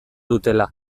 dutela